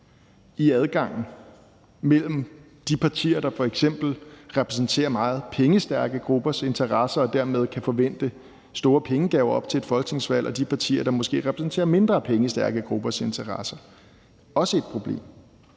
i adgangen mellem de partier, der f.eks. repræsenterer meget pengestærke gruppers interesser og dermed kan forvente store pengegaver op til et folketingsvalg, og de partier, der måske repræsenterer mindre pengestærke gruppers interesser. Det er også et problem.